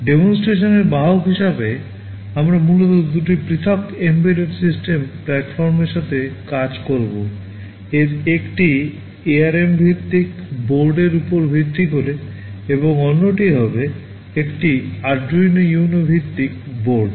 demonstration এর বাহক হিসাবে আমরা মূলত দুটি পৃথক এমবেডেড সিস্টেম প্ল্যাটফর্মের সাথে কাজ করব এর একটি ARM ভিত্তিক বোর্ডের উপর ভিত্তি করে এবং অন্যটি হবে একটি Arduino Uno ভিত্তিক বোর্ড